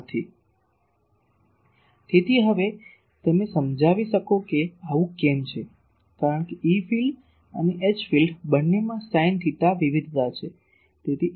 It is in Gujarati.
તેથી હવે તમે સમજાવી શકો કે આવું કેમ છે કારણ કે E ફિલ્ડ અને H ફિલ્ડ બંનેમાં સાઈન થેટા વિવિધતા છે